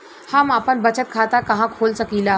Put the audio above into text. हम आपन बचत खाता कहा खोल सकीला?